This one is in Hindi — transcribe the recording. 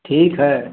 ठीक है